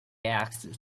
asked